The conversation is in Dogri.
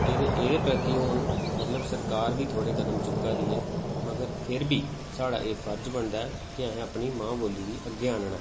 ते एह्दे एह्दे प्रति हुन मतलब सरकार बी थोह्ड़े कदम चुक्कै दी ऐ मगर फ्ही बी साढ़ा एह् फर्ज बनदा ऐ कि असें अपनी मां बोल्ली गी अग्गें आह्नना ऐ